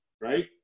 right